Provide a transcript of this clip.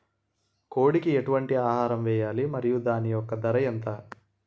కోడి కి ఎటువంటి ఆహారం వేయాలి? మరియు దాని యెక్క ధర ఎంత?